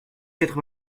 quatre